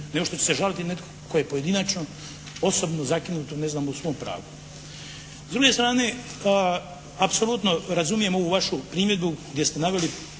što će se žaliti netko tko je pojedinačno, osobno zakinut ne znam u svom pravu. S druge strane apsolutno razumijem ovu vašu primjedbu gdje ste naveli,